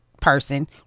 person